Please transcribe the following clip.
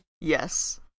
Yes